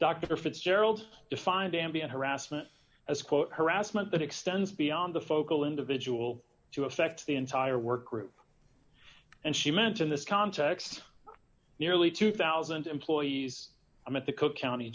dr fitzgerald's define danby and harassment as quote harassment that extends beyond the focal individual to affect the entire work group and she meant in this context nearly two thousand employees i'm at the cook county